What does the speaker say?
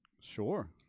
sure